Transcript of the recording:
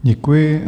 Děkuji.